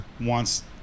wants